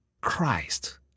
Christ